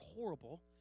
horrible